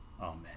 Amen